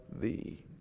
thee